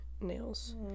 nails